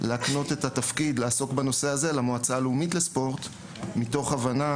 להקנות את התפקיד לעסוק בנושא הזה למועצה הלאומית לספורט מתוך הבנה